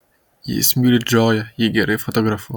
jis myli džoją ji gerai fotografuoja